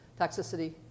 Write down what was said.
toxicity